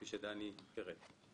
כפי שדני פירט.